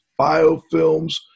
Biofilms